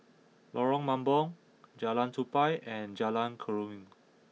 Lorong Mambong Jalan Tupai and Jalan Keruing